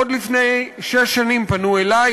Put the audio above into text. עוד לפני שש שנים פנו אלי,